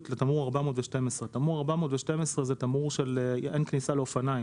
לתמרור 412. תמרור 412 הוא תמרור של אין כניסה לאופניים.